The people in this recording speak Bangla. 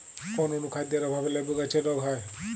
কোন অনুখাদ্যের অভাবে লেবু গাছের রোগ হয়?